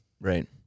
Right